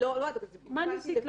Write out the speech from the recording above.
מה ניסית לומר?